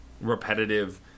repetitive